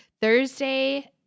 Thursday